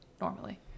normally